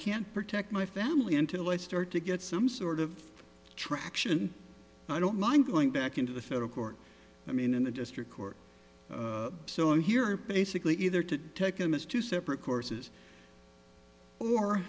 can't protect my family until i start to get some sort of traction i don't mind going back into the federal court i mean in the district court so i'm here basically either to take them as two separate courses or